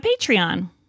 Patreon